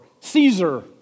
Caesar